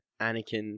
Anakin